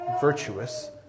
virtuous